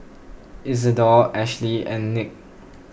Isidore Ashlea and Nick